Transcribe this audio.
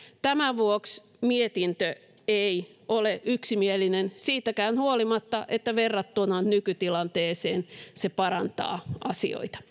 tämän vuoksi mietintö ei ole yksimielinen siitäkään huolimatta että verrattuna nykytilanteeseen se parantaa asioita